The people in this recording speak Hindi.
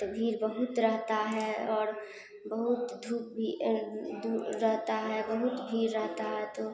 तो भीड़ बहुत रहता है और बहुत धूप भी धूप रहता है बहुत भीड़ रहता है तो